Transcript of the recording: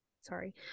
Sorry